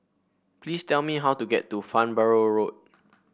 please tell me how to get to Farnborough Road